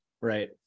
Right